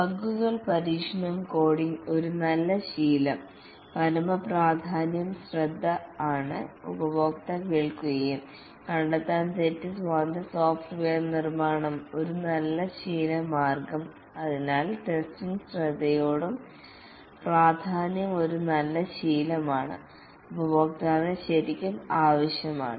ബഗ്ഗുകൾ പരീക്ഷണം കോഡിങ്ങ് ഒരു നല്ല ശീലം പരമപ്രാധാന്യം ശ്രദ്ധ ആണ് ഉപഭോക്തൃ കേൾക്കുകയും കണ്ടെത്താൻ തെറ്റ് സ്വതന്ത്ര സോഫ്റ്റ്വെയർ നിർമ്മാണം ഒരു നല്ല ശീലം മാർഗ്ഗം അതിനാൽ ടെസ്റ്റിംഗ് ശ്രദ്ധയോടും പ്രാധാന്യം ഒരു നല്ല ശീലം ആണ് ഉപഭോക്താവിന് ശരിക്കും ആവശ്യമാണ്